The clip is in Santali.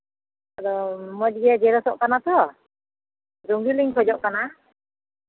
ᱟᱫᱚ ᱢᱚᱡᱽ ᱜᱮ ᱡᱮᱨᱚᱠᱥᱚᱜ ᱠᱟᱱᱟ ᱛᱚ ᱨᱚᱝᱜᱤᱱ ᱤᱧ ᱠᱷᱚᱡᱚᱜ ᱠᱟᱱᱟ